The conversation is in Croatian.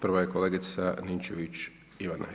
Prva je kolegica Ninčević Ivana.